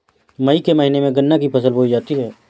मई के महीने में गन्ना की फसल बोई जाती है